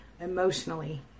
emotionally